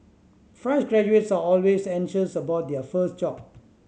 fresh graduates are always anxious about their first job